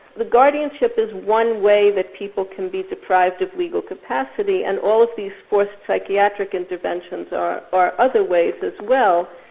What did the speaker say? the guardianship is one way that people can be deprived of legal capacity and all of these forced psychiatric interventions are are other ways as well.